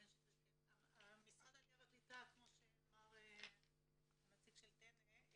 משרד העלייה והקליטה כפי שאמר הנציג של טנא,